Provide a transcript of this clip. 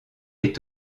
est